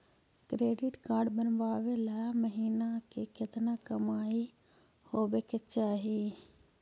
Credit card बनबाबे ल महीना के केतना कमाइ होबे के चाही?